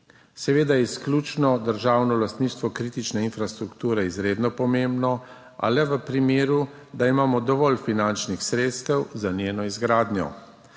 Seveda je izključno državno lastništvo kritične infrastrukture izredno pomembno, a le v primeru, da imamo dovolj finančnih sredstev za njeno izgradnjo.